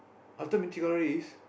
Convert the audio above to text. after Mythic-Glory is